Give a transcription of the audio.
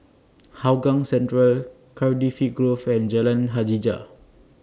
Hougang Central Cardifi Grove and Jalan Hajijah